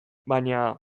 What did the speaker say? baina